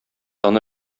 аны